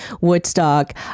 Woodstock